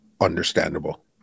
Understandable